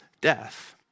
death